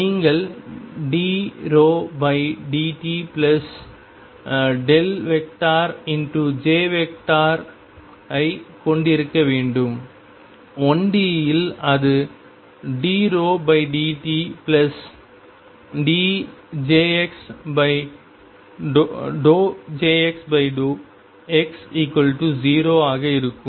நீங்கள் dρdtj ஐ கொண்டிருக்க வேண்டும் 1D இல் அது dρdtjx∂x0 ஆக இருக்கும்